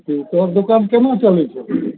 कि तोहर दोकान कोना चलै छै